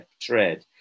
trade